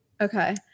Okay